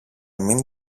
μην